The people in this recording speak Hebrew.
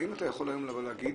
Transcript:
האם אתה יכול היום לבוא ולהגיד